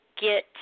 get